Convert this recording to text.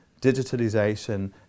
digitalization